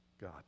God